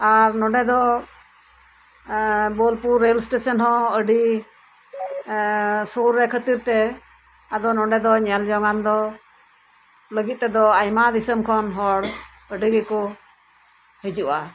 ᱟᱨ ᱱᱚᱰᱮ ᱫᱚ Bolpur rail station ᱦᱚᱸ ᱟᱰᱤ ᱥᱩᱨ ᱨᱮ ᱠᱷᱟᱛᱤᱨ ᱛᱮ ᱟᱫᱚ ᱱᱚᱰᱮ ᱫᱚ ᱧᱮᱞ ᱡᱚᱝᱟᱱ ᱫᱚ ᱞᱟᱜᱤᱫ ᱛᱮᱫᱚ ᱟᱭᱢᱟ ᱫᱤᱥᱚᱢ ᱠᱷᱚᱱ ᱦᱚᱲ ᱟᱰᱤ ᱜᱮᱠᱚ ᱦᱤᱡᱩᱜᱼᱟ